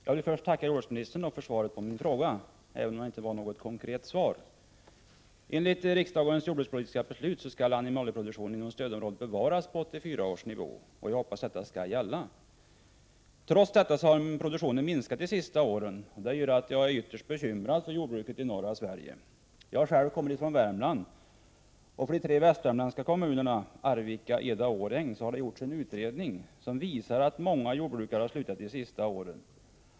Herr talman! Jag vill först tacka jordbruksministern för svaret på min fråga, även om det inte var något konkret svar. Enligt riksdagens jordbrukspolitiska beslut skall animalieproduktionen inom stödområdet bevaras på 1984 års nivå. Jag hoppas att det skall gälla. Trots detta har produktionen minskat de senaste åren. Detta gör att jag är ytterst bekymrad för jordbruket i norra Sverige. Jag själv kommer från Värmland. För de tre västvärmländska kommunerna Arvika, Eda och Årjäng visar en utredning att många jordbrukare har slutat de senaste åren.